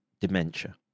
dementia